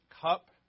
cup